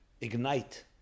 ignite